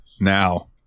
now